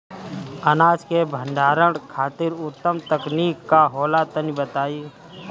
अनाज के भंडारण खातिर उत्तम तकनीक का होला तनी बताई?